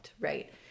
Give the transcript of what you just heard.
Right